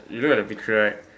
you look at the picture right